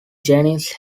genius